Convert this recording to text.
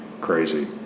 crazy